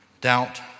Doubt